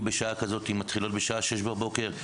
מתחילות בשש בבוקר,